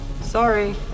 Sorry